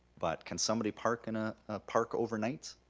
but can somebody park in a park overnight?